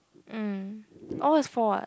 mm all is four what